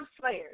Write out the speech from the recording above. Slayers